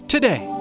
Today